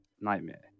nightmare